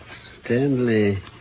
Stanley